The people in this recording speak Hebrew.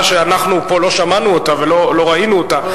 שאנחנו פה לא שמענו אותה ולא ראינו אותה,